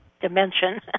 dimension